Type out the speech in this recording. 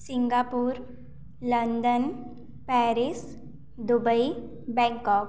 Singapore London Paris Dubai Bangkok